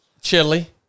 chili